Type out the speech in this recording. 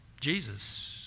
Jesus